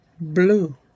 blue